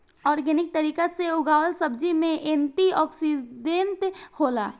organic तरीका से उगावल सब्जी में एंटी ओक्सिडेंट होला